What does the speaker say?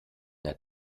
der